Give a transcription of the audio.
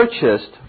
purchased